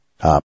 Up